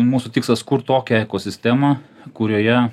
mūsų tikslas kurt tokią ekosistemą kurioje